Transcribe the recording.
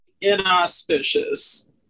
inauspicious